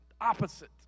opposite